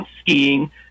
skiing